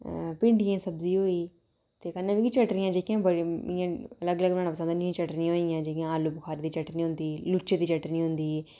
भिंडियें दी सब्जी होई कन्नै मिकी चटनी जेह्कियां मिगी इ'यां अलग अलग बनाना मिगी पसंद ऐ इन्नियां चटनियां होई गेइयां जि'यां आलूबखारे दी चटनी होंदी लूचे दी चटनी होंदी